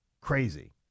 crazy